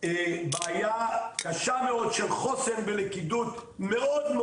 בעיה קשה מאוד של חוסר בלכידות מאוד,